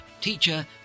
teacher